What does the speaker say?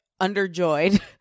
underjoyed